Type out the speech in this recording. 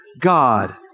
God